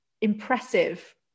impressive